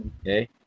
Okay